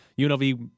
UNLV